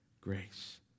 grace